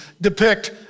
depict